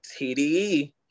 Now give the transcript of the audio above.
TDE